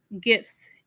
gifts